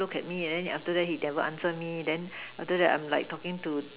look at me and then he after that he never answer me then after that I'm like talking to